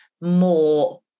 more